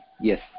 yes